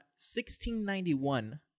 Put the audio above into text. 1691